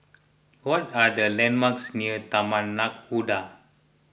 what are the landmarks near Taman Nakhoda